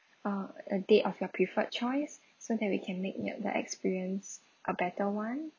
uh a date of your preferred choice so that we can make yet the experience a better one